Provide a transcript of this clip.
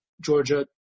Georgia